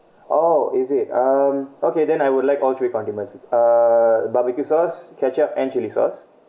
oh is it um okay then I would like all three condiments uh barbecue sauce ketchup and chili sauce